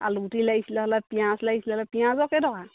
আলুগুটি লাগিছিলে হ'লে পিঁয়াজ লাগিছিলে হ'লে পিঁয়াজৰ কেইটকা